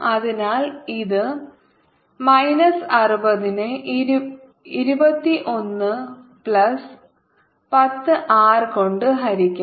അതിനാൽ ഇത് മൈനസ് 60 നെ 21 പ്ലസ് 10 ആർ കൊണ്ട് ഹരിക്കാം